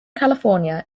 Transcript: california